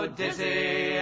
dizzy